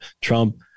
Trump